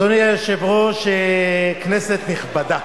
אדוני היושב-ראש, כנסת נכבדה,